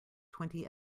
twenty